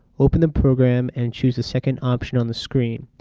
open the program and choose the second option on the screen,